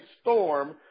storm